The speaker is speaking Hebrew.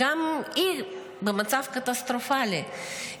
גם היא במצב קטסטרופלי,